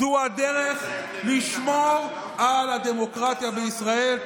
זו הדרך לשמור על הדמוקרטיה בישראל.